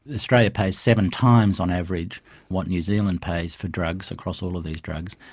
australia pays seven times on average what new zealand pays for drugs across all of these drugs,